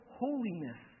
holiness